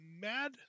Mad